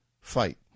fight